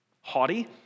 haughty